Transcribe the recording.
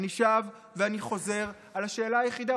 אני שב ואני חוזר על השאלה היחידה.